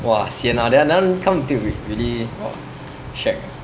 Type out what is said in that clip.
!wah! sian ah that one that one come to think of it really !wah! shag